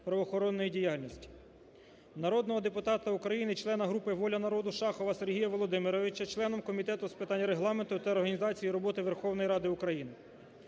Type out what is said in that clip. правоохоронної діяльності. Народного депутата України, члена групи "Воля народу" Шахова Сергія Володимировича членом Комітету з питань Регламенту та організації роботи Верховної Ради України.